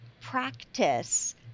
practice